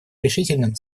решительным